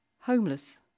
Homeless